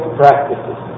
practices